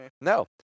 No